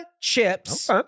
Chips